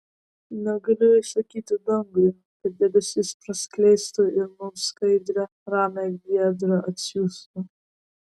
negaliu įsakyti dangui kad debesis praskleistų ir mums skaidrią ramią giedrą atsiųstų